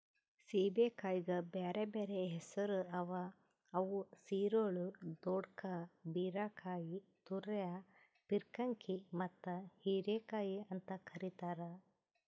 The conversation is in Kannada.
ಸೇಬೆಕಾಯಿಗ್ ಬ್ಯಾರೆ ಬ್ಯಾರೆ ಹೆಸುರ್ ಅವಾ ಅವು ಸಿರೊಳ್, ದೊಡ್ಕಾ, ಬೀರಕಾಯಿ, ತುರೈ, ಪೀರ್ಕಂಕಿ ಮತ್ತ ಹೀರೆಕಾಯಿ ಅಂತ್ ಕರಿತಾರ್